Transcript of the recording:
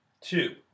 two